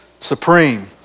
supreme